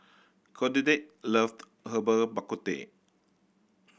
Clotilde loved Herbal Bak Ku Teh